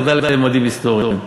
ירדה לממדים היסטוריים,